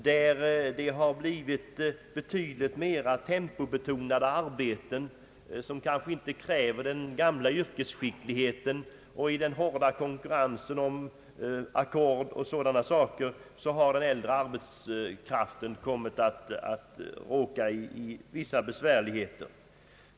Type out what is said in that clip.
Arbetet har blivit betydligt mera tempobetonat och kräver kanske inte den gamla yrkesskickligheten. I den hårda konkurrensen om ackord och liknande saker har den äldre arbetskraften råkat i vissa besvärligheter.